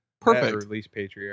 perfect